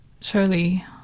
surely